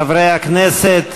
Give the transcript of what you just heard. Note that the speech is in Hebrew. חברי הכנסת,